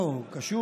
איך זה קשור